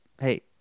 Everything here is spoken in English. Hey